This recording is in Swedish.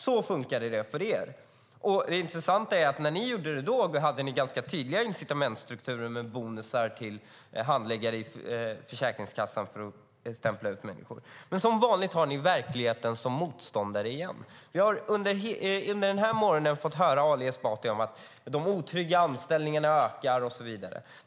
Så funkade det för er. Det intressanta är att när ni gjorde det hade ni ganska tydliga incitamentsstrukturer, med bonusar till handläggare på Försäkringskassan, för att stämpla ut människor. Som vanligt har ni nu verkligheten som motståndare. Vi har under morgonen fått höra av Ali Esbati att de otrygga anställningarna ökar och så vidare.